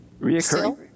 Reoccurring